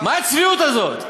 מה הצביעות הזאת?